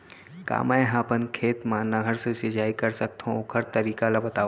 का मै ह अपन खेत मा नहर से सिंचाई कर सकथो, ओखर तरीका ला बतावव?